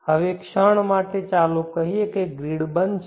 હવે ક્ષણ માટે ચાલો કહીએ કે ગ્રીડ બંધ છે